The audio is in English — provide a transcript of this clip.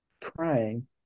crying